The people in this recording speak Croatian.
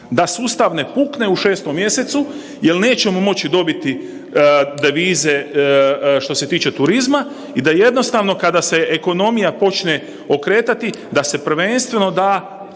da sustav ne pukne u 6.mjesecu jel nećemo moći dobiti devize što se tiče turizma i da jednostavno kada se ekonomija počne okretati da se prvenstveno da